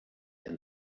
and